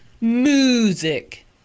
Music